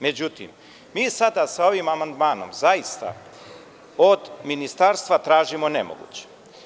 Međutim, mi sada sa ovim amandmanom zaista od Ministarstva tražimo nemoguće.